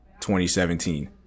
2017